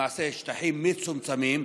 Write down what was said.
הם שטחים מצומצמים,